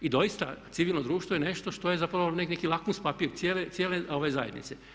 I doista civilno društvo je nešto što je zapravo neki lakmus papir cijele zajednice.